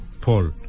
Paul